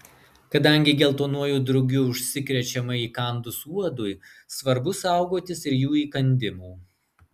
kadangi geltonuoju drugiu užsikrečiama įkandus uodui svarbu saugotis ir jų įkandimų